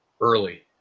early